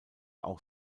auch